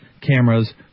cameras